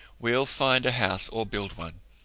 we'll find a house or build one.